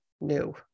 new